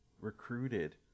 recruited